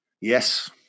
Yes